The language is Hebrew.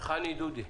חני דודי.